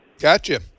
Gotcha